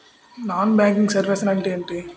Non banking services అంటే ఎంటి?